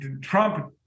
Trump